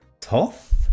Toth